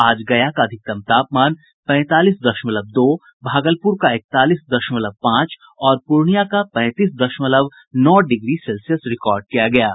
आज गया का अधिकतम तापमान पैंतालीस दशमलव दो भागलपुर का इकतालीस दशमलव पांच और पूर्णियां का पैंतीस दशमलव नौ डिग्री सेल्सियस रिकॉर्ड किया गया है